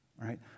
Right